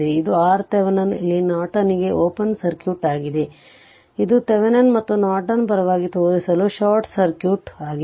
ಇದು RThevenin ಇಲ್ಲಿ ನಾರ್ಟನ್ಗೆ ಓಪನ್ ಸರ್ಕ್ಯೂಟ್ ಆಗಿದೆ ಇದು Thevenin ಮತ್ತು ನಾರ್ಟನ್ನ ಪರವಾಗಿ ತೋರಿಸಲು ಶಾರ್ಟ್ ಸರ್ಕ್ಯೂಟ್ ಆಗಿದೆ